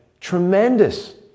tremendous